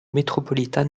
metropolitan